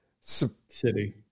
City